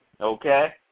Okay